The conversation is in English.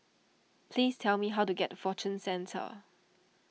please tell me how to get to Fortune Centre